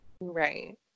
Right